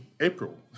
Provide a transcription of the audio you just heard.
April